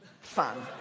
fun